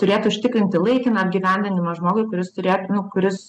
turėtų užtikrinti laikiną apgyvendinimą žmogui kuris turėt nu kuris